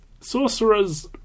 sorcerers